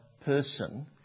person